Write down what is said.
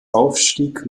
aufstieg